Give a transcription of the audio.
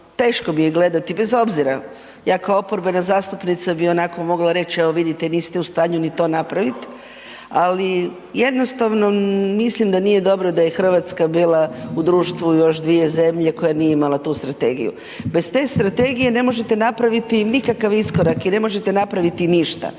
teško mi je gledati bez obzira, ja kao oporbena zastupnica bi onako mogla reć evo vidite niste u stanju ni to napravit, ali jednostavno mislim da nije dobro da je RH bila u društvu još dvije zemlje koje nije imala tu strategiju. Bez te strategije ne možete napraviti nikakav iskorak i ne možete napraviti ništa.